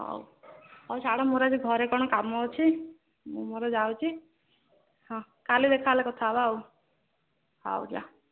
ହଉ ହଉ ଛାଡ଼ ମୋର ଆଜି ଘରେ କ'ଣ କାମ ଅଛି ମୁଁ ମୋର ଯାଉଛି ହଁ କାଲି ଦେଖାହେଲେ କଥା ହେବା ଆଉ ହଉ ଯା